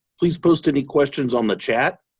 please post any questions on the chat.